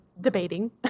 debating